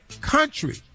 country